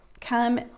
come